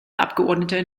abgeordnete